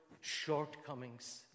shortcomings